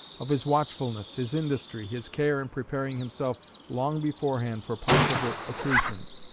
of his watchfulness, his industry, his care in preparing himself long beforehand for possible occasions,